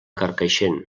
carcaixent